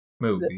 movie